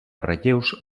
relleus